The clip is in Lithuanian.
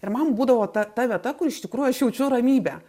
ir man būdavo ta ta vieta kur iš tikrųjų aš jaučiu ramybę